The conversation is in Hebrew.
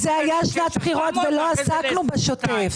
זאת היתה שנת בחירות ולא עסקנו בשוטף.